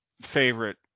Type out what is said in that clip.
favorite